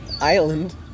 island